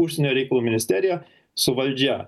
užsienio reikalų ministerija su valdžia